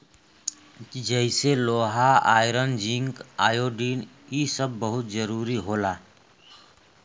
जइसे लोहा iron zinc iodine इ सब बहुत जरूरी होला